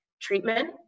treatment